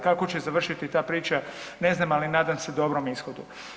Kako će završiti ta priča ne znam, ali nadam se dobrom ishodu.